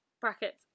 Brackets